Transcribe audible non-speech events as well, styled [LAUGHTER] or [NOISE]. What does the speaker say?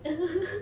[LAUGHS]